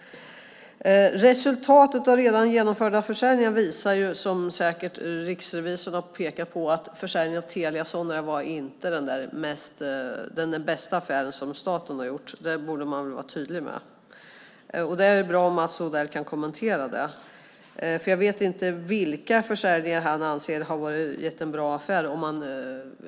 Resultatet av redan genomförda försäljningar visar, som säkert riksrevisorerna pekat på, att försäljningen av Telia Sonera inte var den bästa affär som staten har gjort. Det borde man vara tydlig med. Det är bra om Mats Odell kan kommentera det. Jag vet inte vilka försäljningar han anser har varit en bra affär.